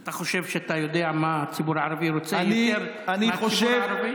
אתה חושב שאתה יודע מה הציבור הערבי רוצה יותר מהציבור הערבי?